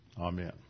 Amen